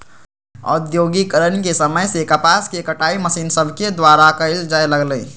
औद्योगिकरण के समय से कपास के कताई मशीन सभके द्वारा कयल जाय लगलई